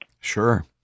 Sure